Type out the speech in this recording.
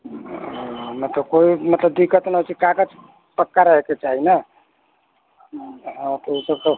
ओ मतलब कोइ मतलब टिकट नहि छै कागज पक्का रहैके चाही ने आ तऽ ओसब सब